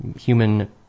human